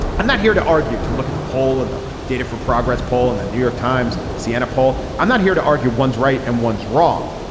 i'm not here to argue to look at the poll and the data for progress poll in the new york times cnn poll. i'm not here to argue one's right and one's wrong.